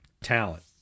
talent